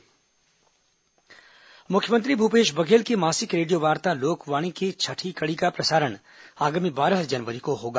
लोकवाणी मुख्यमंत्री भूपेश बघेल की मासिक रेडियो वार्ता लोकवाणी की छठवीं कड़ी का प्रसारण आगामी बारह जनवरी को होगा